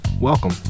Welcome